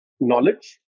knowledge